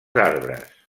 arbres